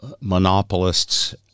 monopolists